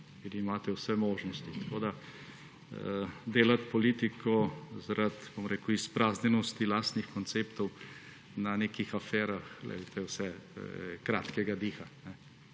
imate vse možnosti. Delati politiko zaradi, bom rekel, izpraznjenosti lastnih konceptov na nekih aferah, je vse kratkega diha.